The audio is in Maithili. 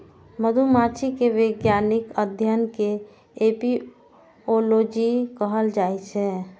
मधुमाछी के वैज्ञानिक अध्ययन कें एपिओलॉजी कहल जाइ छै